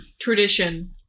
Tradition